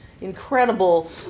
incredible